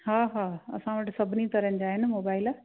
हा हा असां वटि सभिनी तरह जा आहिनि मोबाइल